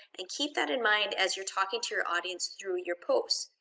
and keep that in mind as you're talking to your audience through your posts.